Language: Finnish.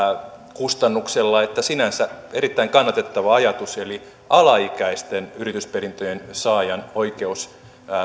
kustannuksella että sinänsä erittäin kannatettava ajatus eli alaikäisen yritysperintöjen saajan oikeus